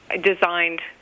designed